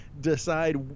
decide